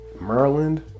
Maryland